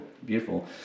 beautiful